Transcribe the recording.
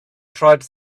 tribes